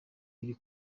biri